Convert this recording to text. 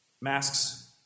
masks